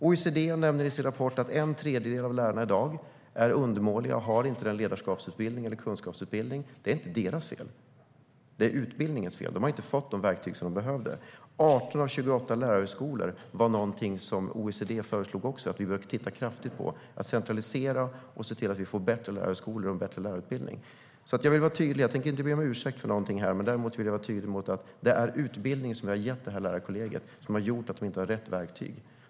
OECD nämner i sin rapport att en tredjedel av lärarna i dag är undermåliga och inte har den ledarskapsutbildning eller kunskapsutbildning de behöver. Det är inte deras fel, utan det är utbildningens fel. De har inte fått de verktyg de behöver. OECD föreslog också att vi behöver titta ordentligt på att centralisera och se till att vi får bättre lärarhögskolor och en bättre lärarutbildning. Jag tänker alltså inte be om ursäkt för någonting, men däremot vill jag vara tydlig med att det är den utbildning vi har gett lärarkollegiet som har gjort att de inte har rätt verktyg.